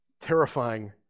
terrifying